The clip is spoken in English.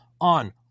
on